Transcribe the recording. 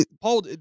Paul